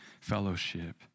fellowship